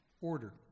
order